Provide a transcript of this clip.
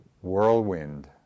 Whirlwind